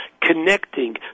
connecting